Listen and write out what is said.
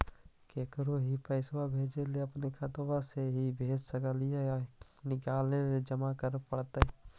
केकरो ही पैसा भेजे ल अपने खाता से ही भेज सकली हे की निकाल के जमा कराए पड़तइ?